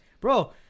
Bro